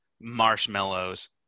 marshmallows